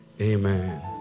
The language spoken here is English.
Amen